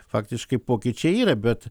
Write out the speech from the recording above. faktiškai pokyčiai yra bet